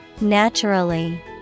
naturally